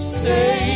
say